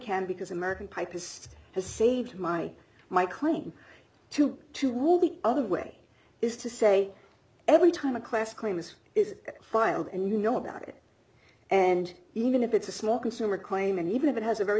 can because american pipe is still has saved my my claim to to rule the other way is to say every time a class claim is is filed and you know about it and even if it's a small consumer claim and even if it has a very